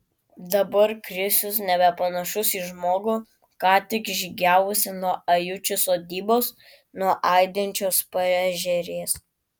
dabar krisius nebepanašus į žmogų ką tik žygiavusį nuo ajučių sodybos nuo aidinčios paežerės